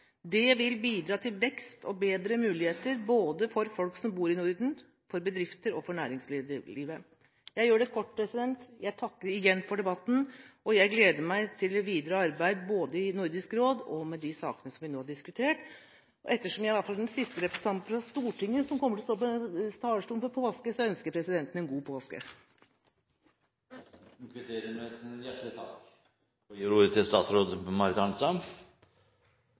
det vil bidra til vekst og bedre muligheter, både for folk som bor i Norden, for bedrifter og for næringslivet. Jeg vil gjøre det kort: Jeg takker igjen for debatten, og jeg gleder meg til det videre arbeidet, både i Nordisk råd og med de sakene vi nå har diskutert. Ettersom jeg i hvert fall er den siste stortingsrepresentanten som kommer til å stå på denne talerstolen før påske, ønsker jeg presidenten en god påske. Presidenten kvitterer med et hjertelig takk!